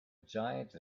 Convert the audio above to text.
giant